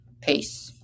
Peace